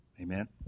Amen